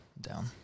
down